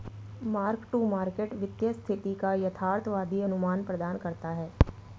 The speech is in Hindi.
मार्क टू मार्केट वित्तीय स्थिति का यथार्थवादी अनुमान प्रदान करता है